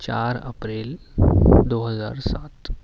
چار اپریل دو ہزار سات